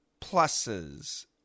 pluses